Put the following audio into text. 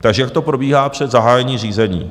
Takže jak to probíhá před zahájením řízení.